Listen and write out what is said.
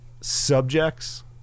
subjects